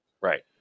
right